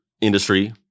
industry